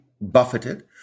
buffeted